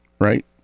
right